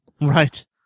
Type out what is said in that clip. Right